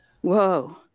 whoa